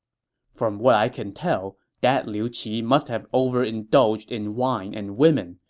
from what i can tell, that liu qi must have overindulged in wine and women.